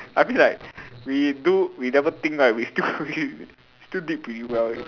I feel like we do we never think right we still we still did pretty well eh